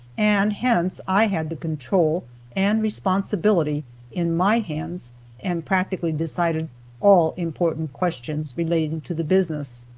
and hence i had the control and responsibility in my hands and practically decided all important questions relating to the business.